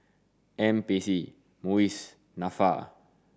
N P C MUIS NAFA